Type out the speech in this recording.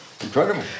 Incredible